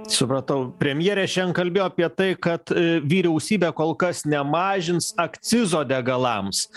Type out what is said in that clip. supratau premjerė šiandien kalbėjo apie tai kad vyriausybė kol kas nemažins akcizo degalams